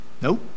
Nope